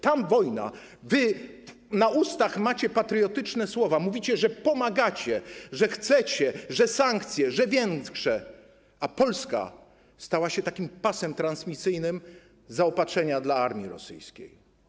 Tam wojna, wy na ustach macie patriotyczne słowa, mówicie, że pomagacie, że chcecie, że sankcje, że większe, a Polska stała się takim pasem transmisyjnym zaopatrzenia dla armii rosyjskiej.